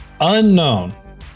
Unknown